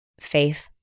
faith